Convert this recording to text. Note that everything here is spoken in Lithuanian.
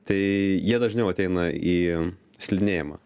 tai jie dažniau ateina į slidinėjimą